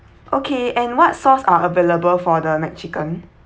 okay and what sauce are available for the mac chicken